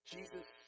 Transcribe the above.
Jesus